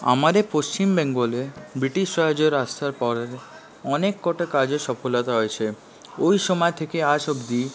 আমাদের পশ্চিম বেঙ্গলে ব্রিটিশ রাজের আসার পরে অনেক কটা কাজে সফলতা হয়েছে ওই সময় থেকে আজ অব্দি